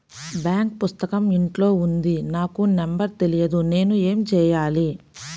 Bank పుస్తకం ఇంట్లో ఉంది నాకు నంబర్ తెలియదు నేను ఏమి చెయ్యాలి?